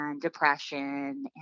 depression